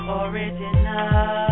original